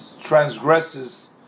transgresses